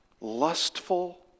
lustful